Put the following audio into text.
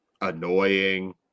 annoying